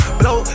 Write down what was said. blow